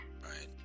right